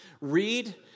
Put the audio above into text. read